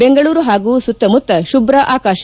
ದೆಂಗಳೂರು ಹಾಗು ಸುತ್ತಮುತ್ತ ಶುಭ್ಧ ಆಕಾಶ